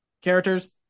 characters